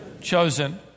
chosen